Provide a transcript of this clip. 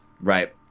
right